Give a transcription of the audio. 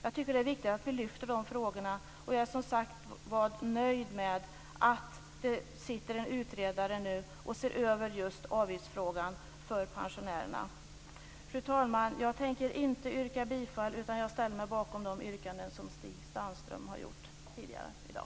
Jag är som sagt var nöjd med att det sitter en utredare nu och ser över avgiftsfrågan för pensionärerna. Fru talman! Jag tänker inte yrka bifall till något nu, utan jag ställer mig bakom de yrkanden som Stig Sandström har gjort tidigare i dag.